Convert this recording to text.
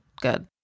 good